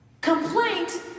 complaint